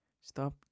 Stop